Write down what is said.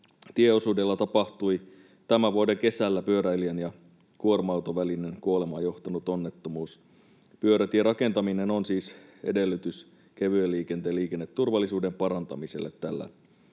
tieosuudella tapahtui tämän vuoden kesällä pyöräilijän ja kuorma-auton välinen kuolemaan johtanut onnettomuus. Pyörätien rakentaminen on siis edellytys kevyen liikenteen liikenneturvallisuuden parantamiselle tällä